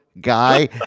guy